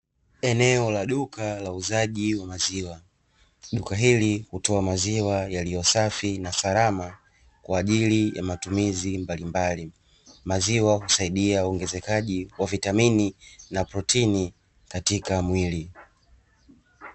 Eneo la duka la uuzaji wa maziwa ,maziwa husaidia ukuzaji wa protini katika mwili